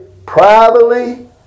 Privately